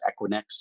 Equinix